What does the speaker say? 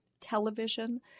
television